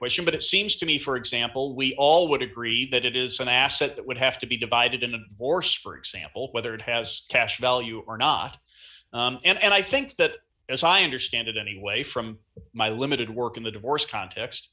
question but it seems to me for example we all would agree that it is an asset that would have to be divided in the force for example whether it has cash value or not and i think that as i understand it anyway from my limited work in the divorce context